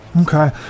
Okay